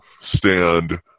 stand